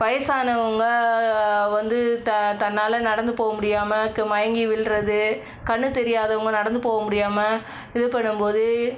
வயதானவங்க வந்து தன்னால் நடந்து போக முடியாமல் மயங்கி விழுவது கண்ணு தெரியாதவங்க நடந்து போக முடியாம இது பண்ணும் போது